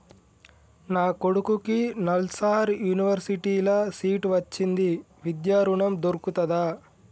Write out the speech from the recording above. నా కొడుకుకి నల్సార్ యూనివర్సిటీ ల సీట్ వచ్చింది విద్య ఋణం దొర్కుతదా?